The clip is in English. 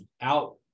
out